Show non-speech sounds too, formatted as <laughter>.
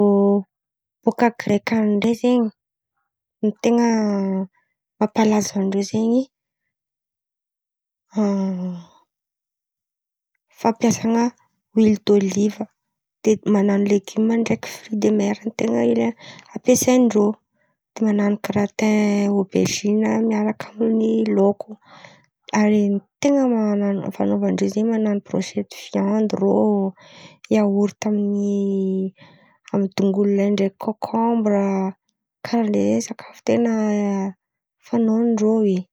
Rô bòka Greka an̈y ndray zen̈y, ny ten̈a mampalaza andrô zen̈y <hesitation> fampiasan̈a oily doliva. De manano legioma ndreky frÿ de mera ten̈a ampiasain-drô. De manano giratain ôberziny miaraka amin'ny laoko. Ary ten̈a manano fanaovan-drô zen̈y manano birôsety viandy irô, iaorta amin'ny amin'ny dongolo lay ndreky kôkômbra. Karà zen̈y sakafo tena fanaon-drô oe.